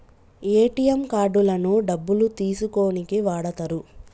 ATM కార్డులను డబ్బులు తీసుకోనీకి వాడతరు